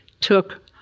took